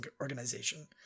organization